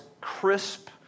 crisp